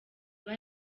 iba